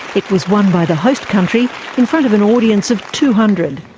it was won by the host country in front of an audience of two hundred.